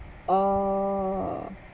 err